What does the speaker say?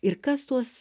ir kas tuos